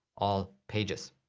all pages.